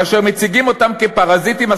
כאשר מציגים אותם כפרזיטים,